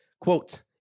Quote